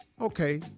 Okay